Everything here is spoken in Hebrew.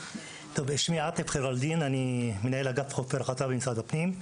אני מנהל האגף לחופי רחצה במשרד הפנים.